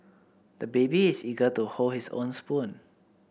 the baby is eager to hold his own spoon